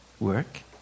work